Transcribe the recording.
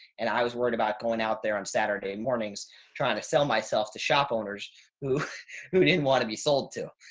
and i was worried about going out there on saturday mornings trying to sell myself to shop owners who who didn't want to be sold to.